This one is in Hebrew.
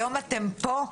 היום אתם פה,